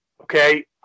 okay